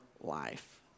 life